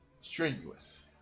strenuous